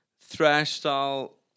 thrash-style